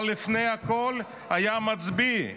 אבל לפני הכול היה מצביא,